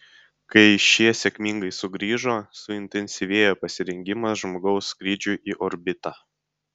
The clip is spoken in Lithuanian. kai šie sėkmingai sugrįžo suintensyvėjo pasirengimas žmogaus skrydžiui į orbitą